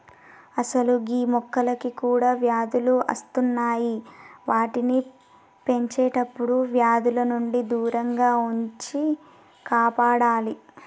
అసలు గీ మొక్కలకి కూడా వ్యాధులు అస్తున్నాయి వాటిని పెంచేటప్పుడు వ్యాధుల నుండి దూరంగా ఉంచి కాపాడాలి